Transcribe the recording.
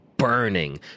burning